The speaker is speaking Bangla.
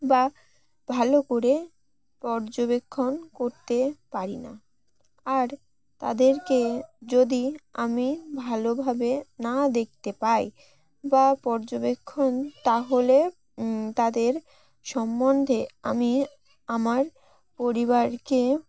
বা ভালো করে পর্যবেক্ষণ করতে পারি না আর তাদেরকে যদি আমি ভালোভাবে না দেখতে পাই বা পর্যবেক্ষণ তাহলে তাদের সম্বন্ধে আমি আমার পরিবারকে